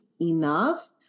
enough